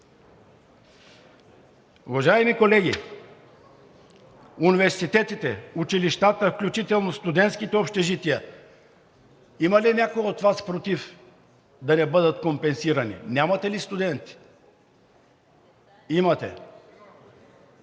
Уважаеми колеги, за университетите, училищата, включително студентските общежития, има ли някой от Вас против да не бъдат компенсирани? Нямате ли студенти?